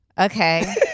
Okay